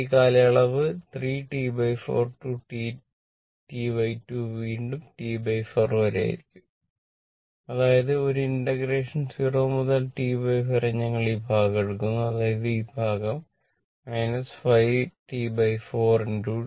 ഇവിടെ ഈ കാലയളവ് r 3 T4 T2 വീണ്ടും T4 ആയിരിക്കും അതായത് ഒരേ ഇന്റഗ്രേഷൻ 0 മുതൽ T4 വരെ ഞങ്ങൾ ഈ ഭാഗം എടുക്കുന്നു അതായത് ഈ ഭാഗം 5 T4 tdt